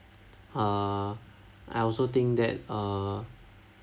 err I also think that err